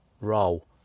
roll